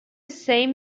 same